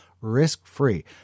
risk-free